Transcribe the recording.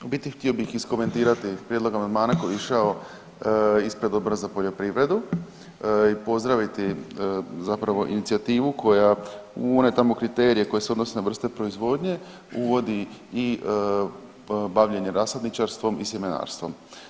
U biti htio bih iskomentirati prijedlog amandmana koji je išao ispred Odbora za poljoprivredu i pozdraviti inicijativu koja u one tamo kriterije koje se odnose na vrste proizvodnje uvodi i bavljenje rasadničarstvom i sjemenarstvom.